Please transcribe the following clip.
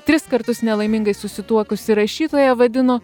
tris kartus nelaimingai susituokusi rašytoja vadino